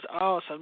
awesome